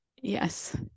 Yes